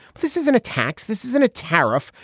this isn't a tax. this isn't a tariff.